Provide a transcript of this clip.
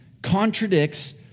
contradicts